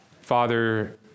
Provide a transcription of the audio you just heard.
Father